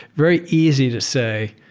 very easy to say,